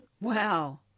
Wow